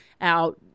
out